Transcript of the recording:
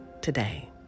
today